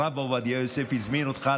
הרב עובדיה יוסף הזמין אותך,